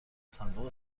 صندوق